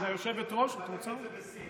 היושבת-ראש, את רוצה אותו?